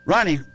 Ronnie